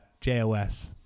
JOS